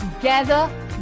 Together